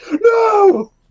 no